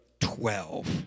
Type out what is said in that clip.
twelve